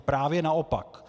Právě naopak.